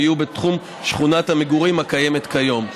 יהיו בתחום שכונת המגורים הקיימת כיום.